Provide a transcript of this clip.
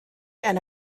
and